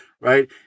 right